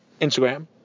Instagram